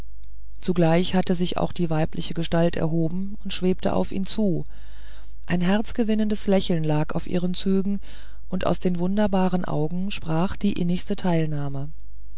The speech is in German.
zugleich hatte sich auch die weibliche gestalt erhoben und schwebte auf ihn zu ein herzgewinnendes lächeln lag auf ihren zügen und aus den wunderbaren augen sprach die innigste teilnahme